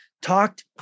talked